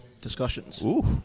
discussions